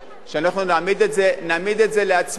שאנחנו נעמיד את זה להצבעה.